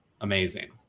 amazing